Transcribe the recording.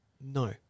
No